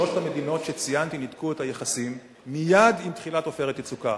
שלוש המדינות שציינתי ניתקו את היחסים מייד עם תחילת "עופרת יצוקה".